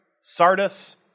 Sardis